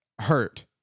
hurt